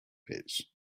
pits